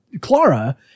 Clara